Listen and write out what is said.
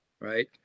Right